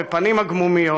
בפנים עגמומיות.